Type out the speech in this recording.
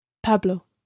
Pablo